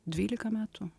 dvylika metų